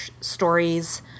stories